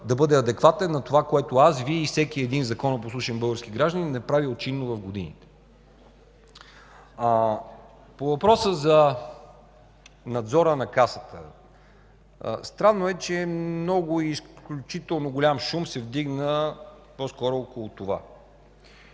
да бъде адекватен на това, което аз и всеки Вие и всеки един законопослушен български гражданин е правил чинно в годините. По въпроса за надзора на Касата. Странно е, че много, изключително голям шум се вдигна около това.